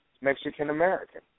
Mexican-American